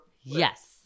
Yes